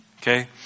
okay